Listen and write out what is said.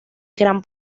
gran